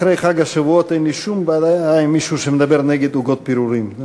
אחרי חג השבועות אין לי שום בעיה עם מישהו שמדבר נגד עוגות פירורים.